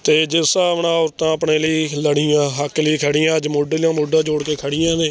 ਅਤੇ ਜਿਸ ਹਿਸਾਬ ਨਾਲ ਔਰਤਾਂ ਆਪਣੇ ਲਈ ਲੜੀਆਂ ਹੱਕ ਲਈ ਖੜ੍ਹੀਆਂ ਅੱਜ ਮੋਢੇ ਨਾਲ ਮੋਢਾ ਜੋੜ ਕੇ ਖੜ੍ਹੀਆਂ ਨੇ